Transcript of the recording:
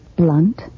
blunt